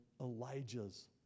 Elijah's